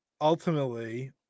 ultimately